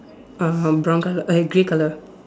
uh brown color eh grey color